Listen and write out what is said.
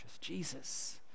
jesus